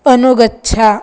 अनुगच्छ